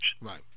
Right